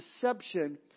deception